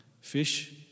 fish